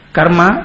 Karma